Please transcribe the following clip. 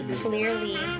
clearly